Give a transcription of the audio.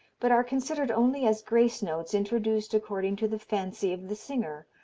but are considered only as grace notes introduced according to the fancy of the singer,